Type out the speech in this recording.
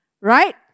right